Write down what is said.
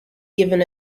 given